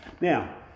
Now